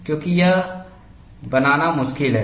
क्योंकि यह बनाना मुश्किल है